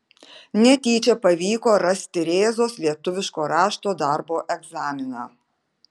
netyčia pavyko rasti rėzos lietuviško rašto darbo egzaminą